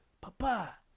papa